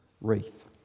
wreath